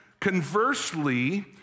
Conversely